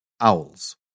owls